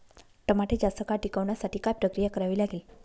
टमाटे जास्त काळ टिकवण्यासाठी काय प्रक्रिया करावी लागेल?